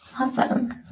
awesome